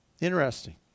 Interesting